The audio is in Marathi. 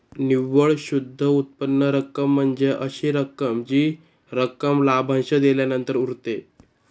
निव्वळ शुद्ध उत्पन्न रक्कम म्हणजे अशी रक्कम जी रक्कम लाभांश दिल्यानंतर उरते